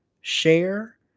share